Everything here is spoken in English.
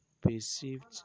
perceived